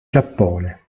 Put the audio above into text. giappone